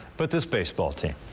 but this baseball team.